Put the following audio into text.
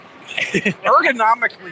ergonomically